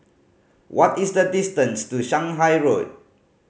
what is the distance to Shanghai Road